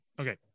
Okay